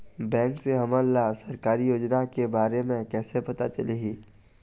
Bank से हमन ला सरकारी योजना के बारे मे कैसे पता चलही?